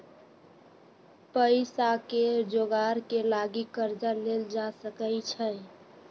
पइसाके जोगार के लागी कर्जा लेल जा सकइ छै